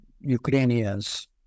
Ukrainians